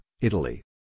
Italy